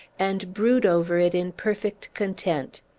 and brood over it in perfect content.